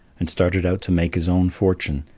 and started out to make his own fortune,